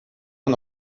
und